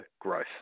growth